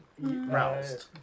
roused